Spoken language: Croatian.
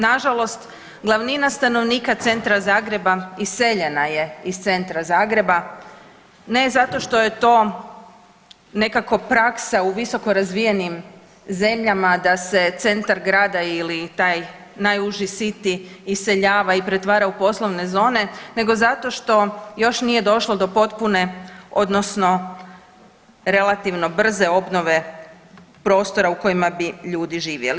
Nažalost, glavnina stanovnika centra, stanovnika Zagreba iseljena je iz centra Zagreba, ne zato što je to nekako praksa u visoko razvijenim zemljama da se centar grada ili taj najuži city iseljava i pretvara u poslovne zone, nego zato što još nije došlo do potpune, odnosno relativno brze obnove prostora u kojima bi ljudi živjeli.